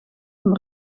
van